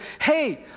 hey